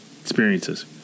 experiences